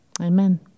amen